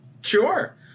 sure